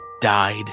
died